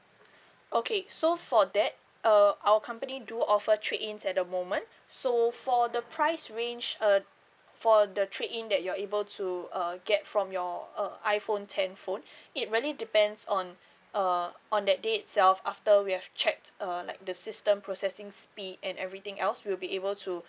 okay so for that uh our company do offer trade ins at the moment so for the price range uh for the trade in that you're able to uh get from your uh iPhone ten phone it really depends on uh on that day itself after we have checked uh like the system processing speed and everything else we'll be able to